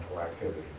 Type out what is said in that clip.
activity